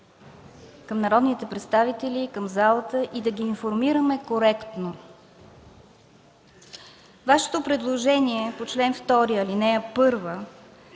към народните представители, към залата и да ги информираме коректно. Вашето предложение по чл. 2, ал. 1